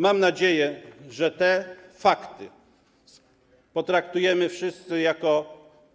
Mam nadzieję, że te fakty wszyscy potraktujemy jak